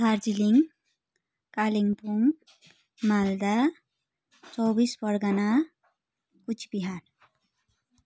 Darjeeling Kalimpong Malda Chaubis Pargana Cooch Behar